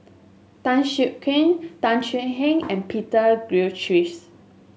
Tan Siak Kew Tan Thuan Heng and Peter Gilchrist